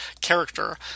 character